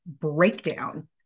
breakdown